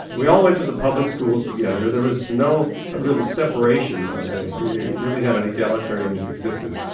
we all went to the public schools together, there was no real separation of this, we really had an egalitarian existence.